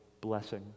blessing